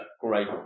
great